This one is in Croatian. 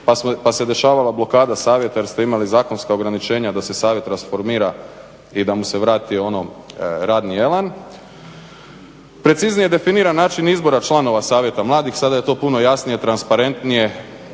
pa se dešavala blokada savjeta jer ste imali zakonska ograničenja da se savjet rasformira i da mu se vrati ono radni elan. Preciznije je definiran način izbora članova Savjeta mladih. Sada je to puno jasnije, transparentnije